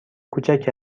کوچک